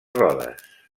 rodes